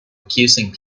accusing